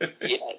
Yes